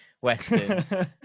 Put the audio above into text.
Western